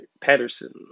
patterson